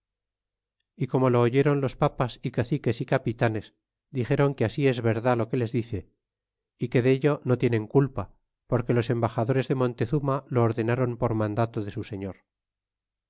y como lo oyeron los papas y caciques y capitanes dixéron que así es verdad lo que les dice y que dello no tienen culpa porque los embaxadores de montezuma lo ordenaron por mandado de su señor